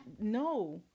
no